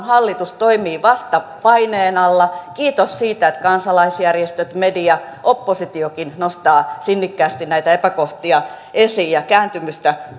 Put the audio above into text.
hallitus toimii vasta paineen alla kiitos siitä että kansalaisjärjestöt media oppositiokin nostaa sinnikkäästi näitä epäkohtia esiin ja kääntymystä